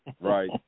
right